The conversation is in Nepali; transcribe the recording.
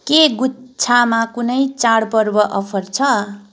के गुच्छामा कुनै चाडपर्व अफर छ